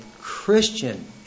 Christian